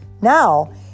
Now